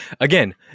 Again